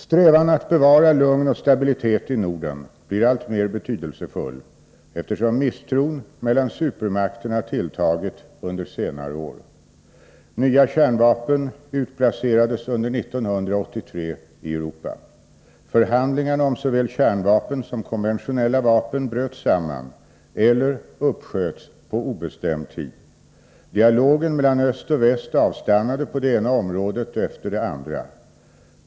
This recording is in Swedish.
Strävan att bevara lugn och stabilitet i Norden blir alltmer betydelsefull, eftersom misstron mellan supermakterna tilltagit under senare år. Nya kärnvapen utplacerades under 1983 i Europa. Förhandlingarna om såväl kärnvapen som konventionella vapen bröt samman eller uppsköts på obestämd tid. Dialogen mellan öst och väst avstannade på det ena området efter det andra.